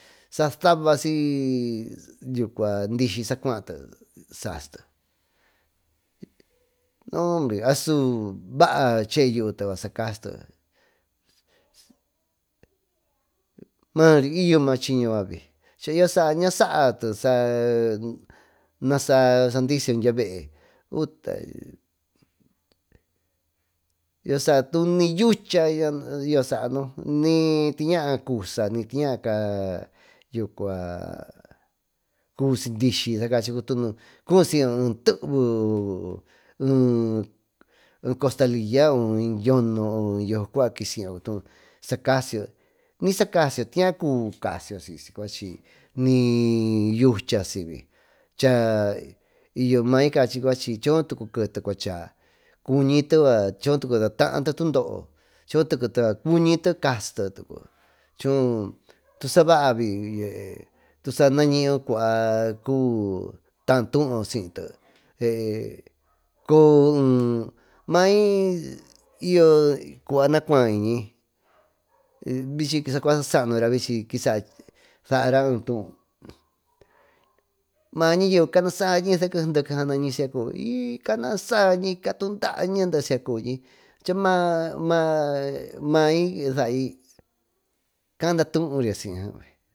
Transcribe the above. Sasaba diysy saa cuaate sasite noombre asu baa cheyuuta yucua sa kasito maa y yo maa chiño yucuavi y yo saa ñasaate saa nasia sandisiyo dyia vee utale y yo saa ni yucha ni tu ñaa cusa nitiñaa cayo cuvisi dyky cuusiyyo eteve e costaliya o yoko yosocua kisi siy yo sa casiyo ni sa casiyo tiñaa cubi casiyo ni yucha sy cha may cachi coo tucu kete cuacha taate tundoo choo tucute yucua cuñito casite tusa baabi naniyyo cua taa tuuyo siyte coo en may y yo cua nacuaaiñi vichi sacua sa saanura saara eetuu ma ñayeve canasaañi seke sanañi mai sai caadaturi siy gee.